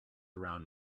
around